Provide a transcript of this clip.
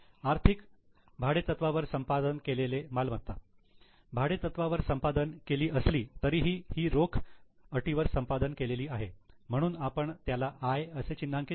आर्थिक भाडेतत्त्वावर संपादन केलेली मालमत्ता भाडेतत्त्वावर संपादन केली असली तरीही ही रोख अटीवर संपादन केलेली आहे म्हणून आपण त्याला 'I' असे चिन्हांकित करू